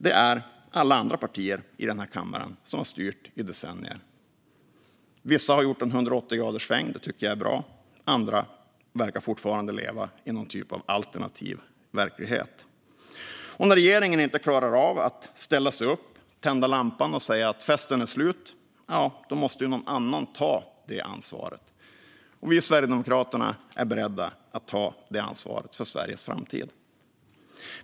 Det är alla andra partier i denna kammare som har styrt i decennier. Vissa har gjort en 180-graderssväng, och det tycker jag är bra. Andra verkar fortfarande leva i någon typ av alternativ verklighet. När regeringen inte klarar av att ställa sig upp, tända lampan och säga att festen är slut måste någon annan ta det ansvaret. Vi sverigedemokrater är beredda att ta detta ansvar för Sveriges framtid.